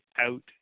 out